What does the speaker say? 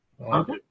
Okay